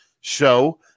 show